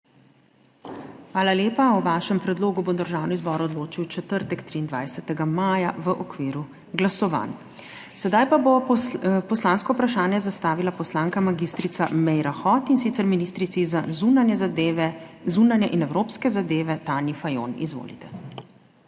Hvala lepa. O vašem predlogu bo Državni zbor odločil v četrtek, 23. maja, v okviru glasovanj. Sedaj pa bo poslansko vprašanje zastavila poslanka mag. Meira Hot, in sicer ministrici za zunanje in evropske zadeve, Tanji Fajon. Izvolite.